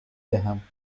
دهم